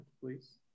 please